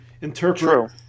interpret